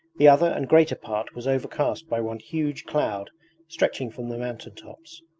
the other and greater part was overcast by one huge cloud stretching from the mountaintops.